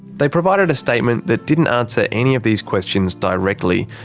they provided a statement that didn't answer any of these questions directly.